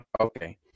Okay